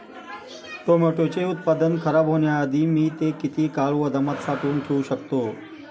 टोमॅटोचे उत्पादन खराब होण्याआधी मी ते किती काळ गोदामात साठवून ठेऊ शकतो?